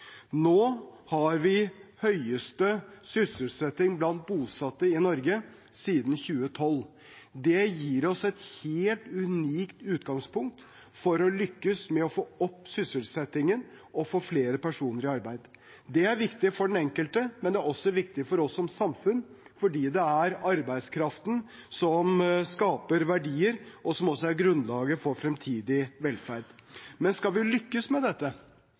Nå har vi høyeste sysselsetting blant bosatte i Norge siden 2012. Det gir oss et helt unikt utgangspunkt for å lykkes med å få opp sysselsettingen og få flere personer i arbeid. Det er viktig for den enkelte, men det er også viktig for oss som samfunn, for det er arbeidskraften som skaper verdier, og som også er grunnlaget for fremtidig velferd. Men skal vi lykkes med dette,